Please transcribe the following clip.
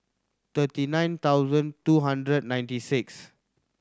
thirty nine thousand two hundred ninety six